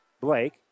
Blake